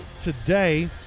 today